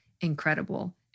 incredible